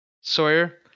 Sawyer